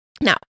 Now